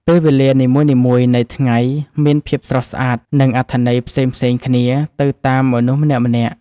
ពេលវេលានីមួយៗនៃថ្ងៃមានភាពស្រស់ស្អាត និងអត្ថន័យផ្សេងៗគ្នាទៅតាមមនុស្សម្នាក់ៗ។